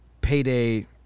payday